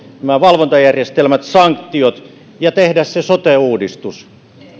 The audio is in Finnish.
nämä valvontajärjestelmät ja sanktiot ja tehdä se sote uudistus